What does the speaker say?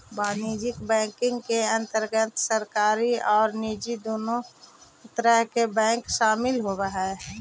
वाणिज्यिक बैंकिंग के अंतर्गत सरकारी आउ निजी दुनों तरह के बैंक शामिल होवऽ हइ